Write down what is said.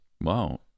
wow